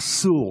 אסור.